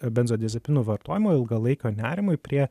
benzodiazepinų vartojimo ilgą laiką nerimui prie